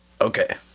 Okay